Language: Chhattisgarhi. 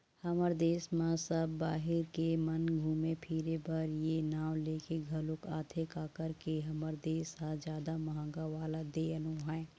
हमर देस म सब बाहिर के मन घुमे फिरे बर ए नांव लेके घलोक आथे काबर के हमर देस ह जादा महंगा वाला देय नोहय